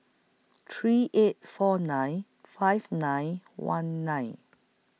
three eight four nine five nine one nine